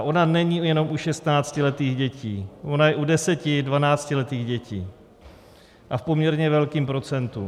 A ona není jenom u šestnáctiletých dětí, ona je u deseti, dvanáctiletých dětí, a v poměrně velkém procentu.